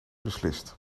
beslist